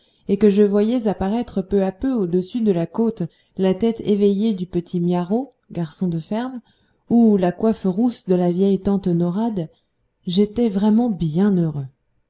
et que je voyais apparaître peu à peu au-dessus de la côte la tête éveillée du petit miarro garçon de ferme ou la coiffe rousse de la vieille tante norade j'étais vraiment bien heureux